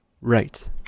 right